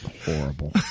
horrible